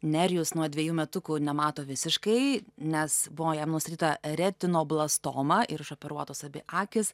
nerijus nuo dvejų metukų nemato visiškai nes buvo jam nustatyta retinoblastoma ir išoperuotos abi akys